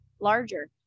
larger